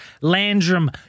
Landrum